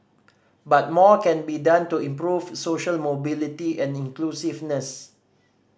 but more can be done to improve social mobility and inclusiveness